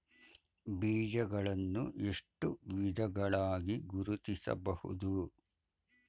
ಬೀಜಗಳನ್ನು ಎಷ್ಟು ವಿಧಗಳಾಗಿ ಗುರುತಿಸಬಹುದು?